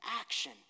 action